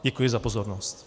Děkuji za pozornost.